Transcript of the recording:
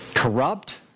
corrupt